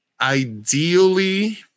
ideally